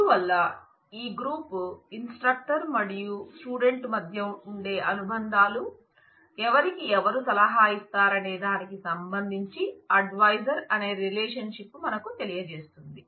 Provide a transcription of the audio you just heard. అందువల్ల ఈ group instructor మరియు స్టూడెంట్ మధ్య ఉండే అనుబంధాలు ఎవరికి ఎవరు సలహా ఇస్తారనే దానికి సంబంధించి అడ్వైజర్ అనే రిలేషన్షిప్ మనకు తెలియజేస్తుంది